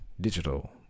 digital